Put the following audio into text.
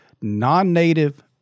non-native